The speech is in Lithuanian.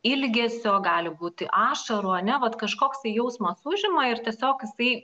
ilgesio gali būti ašarų ane vat kažkoksai jausmas užima ir tiesiog jisai